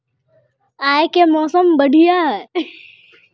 आय के मौसम बढ़िया है?